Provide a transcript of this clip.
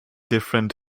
different